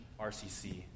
RCC